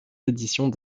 éditions